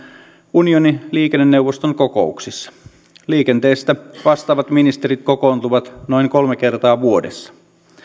unionin liikenneneuvoston kokouksissa liikenteestä vastaavat ministerit kokoontuvat noin kolme kertaa vuodessa